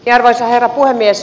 arvoisa herra puhemies